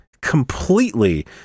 completely